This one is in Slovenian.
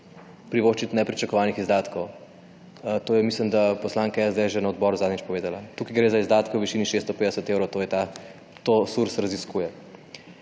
privoščiti nepričakovanih izdatkov. To je mislim, da poslanka SDS že na odboru zadnjič povedala. Tukaj gre za izdatke v višini 650 evrov, to SURS raziskuje.